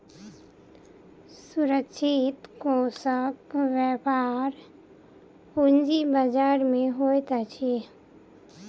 सुरक्षित कोषक व्यापार पूंजी बजार में होइत अछि